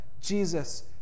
Jesus